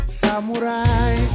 samurai